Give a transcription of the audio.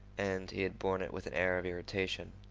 and he had borne it with an air of irritation.